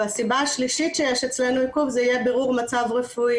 והסיבה השלישית שיש אצלנו עיכוב זה יהיה בירור מצב רפואי.